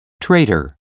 traitor